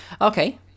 Okay